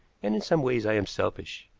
and in some ways i am selfish.